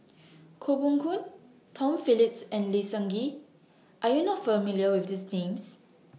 Koh Poh Koon Tom Phillips and Lee Seng Gee Are YOU not familiar with These Names